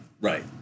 Right